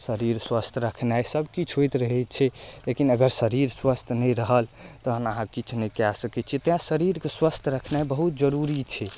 शरीर स्वस्थ रखनाइ सबकिछु होइत रहै छै लेकिन अगर शरीर स्वस्थ नहि रहल तहन अहाँ किछु नहि कए सकै छी तैं शरीरके स्वस्थ रखनाइ बहुत जरूरी छै